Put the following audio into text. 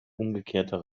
umgekehrter